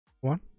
One